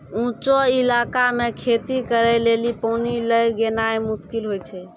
ऊंचो इलाका मे खेती करे लेली पानी लै गेनाय मुश्किल होय छै